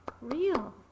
real